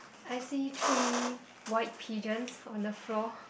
I see three white pigeons on the floor